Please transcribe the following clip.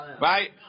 right